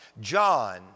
John